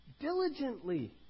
diligently